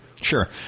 Sure